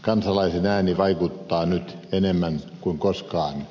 kansalaisen ääni vaikuttaa nyt enemmän kuin koskaan